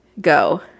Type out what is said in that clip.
go